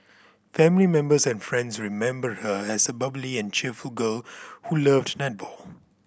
family members and friends remembered her as a bubbly and cheerful girl who loved netball